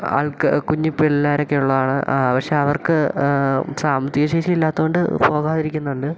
ആൾക്ക് കുഞ്ഞു പിള്ളേരൊക്കെ ഉള്ളതാണ് പക്ഷേ അവർക്ക് സാമ്പത്തികശേഷി ഇല്ലാത്തതുകൊണ്ട് പോകാതിരിക്കുന്നുണ്ട്